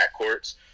backcourts